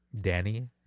Danny